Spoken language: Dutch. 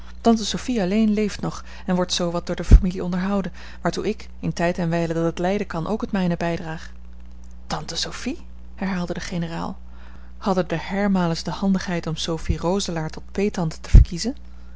tante sophie alleen leeft nog en wordt zoo wat door de familie onderhouden waartoe ik in tijd en wijle dat het lijden kan ook het mijne bijdraag tante sophie herhaalde de generaal hadden de hermaeles de handigheid om sophie roselaer tot peettante te verkiezen